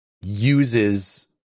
uses